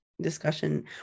Discussion